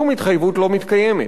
שום התחייבות לא מתקיימת.